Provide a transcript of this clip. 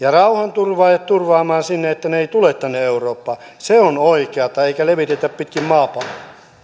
ja rauhanturvaajat turvaamaan sinne että ne eivät tule tänne eurooppaan se on oikeata eikä levitetä pitkin maapalloa